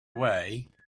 way